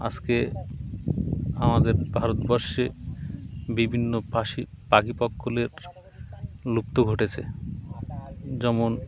আজকে আমাদের ভারতবর্ষে বিভিন্ন পাশি পাখি পক্ষীদের লুপ্ত ঘটেছে যেমন